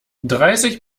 dreißig